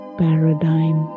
paradigm